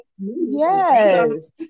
Yes